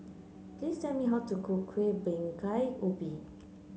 please tell me how to cook Kueh Bingka Ubi